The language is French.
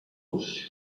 vous